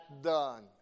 done